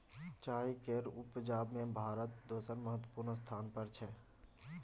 चाय केर उपजा में भारत दोसर महत्वपूर्ण स्थान पर छै